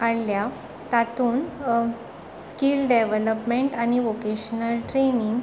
काडल्या तातून skill development आनी वोकेश्नल ट्रेनींग